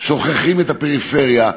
שוכחים את הפריפריה,